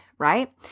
Right